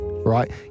Right